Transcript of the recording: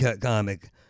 comic